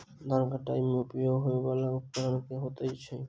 धान कटाई मे उपयोग होयवला उपकरण केँ होइत अछि?